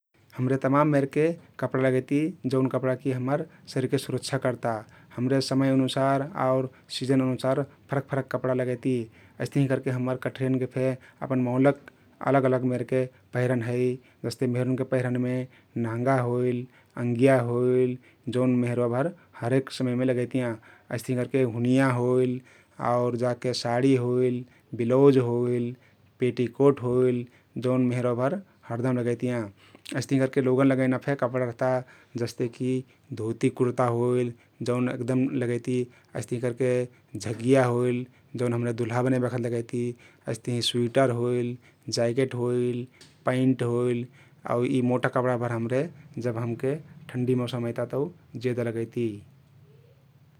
हम्रे तमाम मेरके कपडा लगैती जउन कपडा ति हम्मर शरिरके सुरक्षा कर्ता । हम्रे समय अनुसार आउ सिजन आनुसार फरक फरक कपडा लगैती । अइस्तहिं करके हम्मर कठरियनके फे अपन मौलक अलग अलग मेरके पहिरन है । जस्ते मेहरुवनके पैंधनमे नहँगा होइल, अङ्गिया होइल जउन मेहरुवा भर हरेक समयमे लगैतियाँ । अइस्तहिं करके हुनियाँ होइल, आउर जाके साडी होइल, बिलउज होइल, पेटीकोट होइल जउन मेहरुवा भर हरदम लगैतियाँ । अइस्तहिं करके लोगन लगैना फे कपडा रहता जस्तेकी धोती कुर्ता होइल जउन एकदम लगैती । अइस्तहिं करके झगिया होइल जउन हम्रे दुल्हा बने बखत लगैती । अइस्तहिं सुइटर होइल, जाकेट होइल, पैन्ट होइल आउ यी मोटा कपडाभर हम्रे जब हमके ठण्डी मौषम अइता तउ जेदा लगैती ।